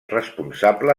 responsable